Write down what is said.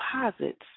deposits